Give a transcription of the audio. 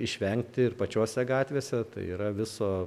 išvengti ir pačiose gatvėse tai yra viso